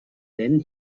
then